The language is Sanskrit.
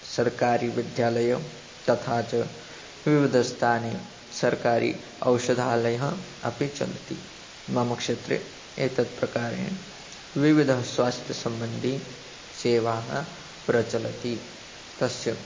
सर्वकारीयवैद्यालयः तथा च विविधस्थाने सर्वकारीयाः औषधालयाः अपि चलन्ति मम क्षेत्रे एतेन प्रकारेण विविधस्वास्थ्यसम्बन्धिसेवाः प्रचलन्ति तस्य